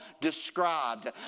described